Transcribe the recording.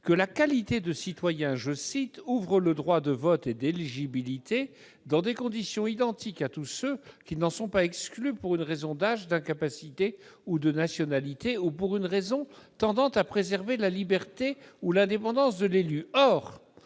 que « la qualité de citoyen ouvre le droit de vote et l'éligibilité dans des conditions identiques à tous ceux qui n'en sont pas exclus pour une raison d'âge, d'incapacité ou de nationalité, ou pour une raison tendant à préserver la liberté de l'électeur ou l'indépendance de l'élu »